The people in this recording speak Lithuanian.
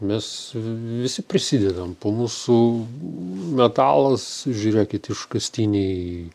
mes visi prisidedam po mūsų metalas žiūrėkit iškastiniai